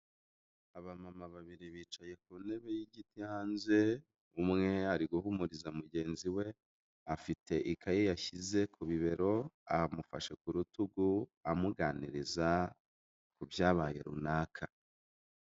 Abamama babiri bicaye ku ntebe y'igiti hanze, umwe ari guhumuriza mugenzi we, afite ikaye yashyize ku bibero, amufashe ku rutugu amuganiriza ku byabaye runaka.